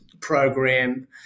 program